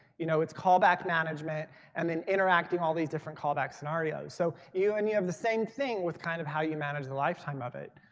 you know it's callback management and then interacting all these different callback scenarios so when and you have the same thing with kind of how you manage the lifetime of it.